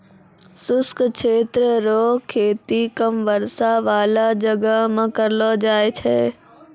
शुष्क क्षेत्र रो खेती कम वर्षा बाला जगह मे करलो जाय छै